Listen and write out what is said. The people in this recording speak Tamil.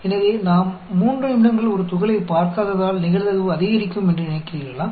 எனவே நாம் 3 நிமிடங்கள் ஒரு துகளைப் பார்க்காததால் நிகழ்தகவு அதிகரிக்கும் என்று நினைக்கிறீர்களா